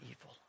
evil